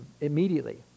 immediately